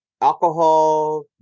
alcohol